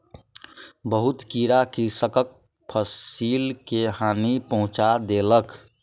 बहुत कीड़ा कृषकक फसिल के हानि पहुँचा देलक